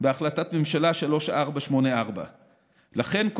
בהחלטת ממשלה 3484. לכן,